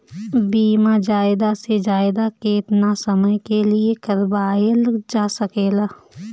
बीमा ज्यादा से ज्यादा केतना समय के लिए करवायल जा सकेला?